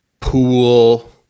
pool